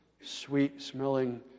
sweet-smelling